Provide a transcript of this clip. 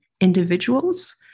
individuals